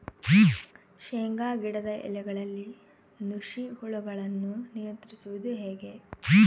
ಶೇಂಗಾ ಗಿಡದ ಎಲೆಗಳಲ್ಲಿ ನುಷಿ ಹುಳುಗಳನ್ನು ನಿಯಂತ್ರಿಸುವುದು ಹೇಗೆ?